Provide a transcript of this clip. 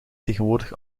tegenwoordig